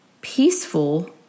peaceful